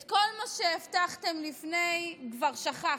את כל מה שהבטחתם לפני כבר שכחתם.